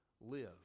live